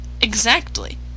Exactly